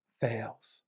fails